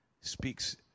speaks